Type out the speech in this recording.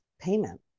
payment